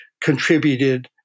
contributed